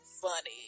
funny